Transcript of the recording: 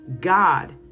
God